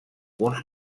uns